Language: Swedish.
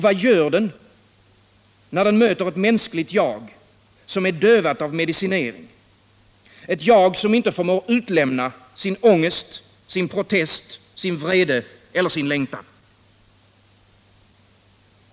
Vad gör den när den möter ett mänskligt jag som är dövat av medicinering — ett jag som inte förmår utlämna sin ångest, sin protest, sin vrede eller sin längtan?